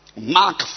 Mark